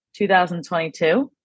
2022